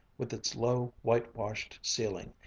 with its low whitewashed ceiling,